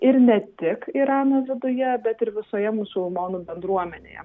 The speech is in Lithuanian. ir ne tik irano viduje bet ir visoje musulmonų bendruomenėje